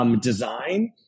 design